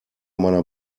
meiner